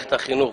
במערכת החינוך.